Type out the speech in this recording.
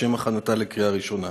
לשם הכנתה לקריאה ראשונה.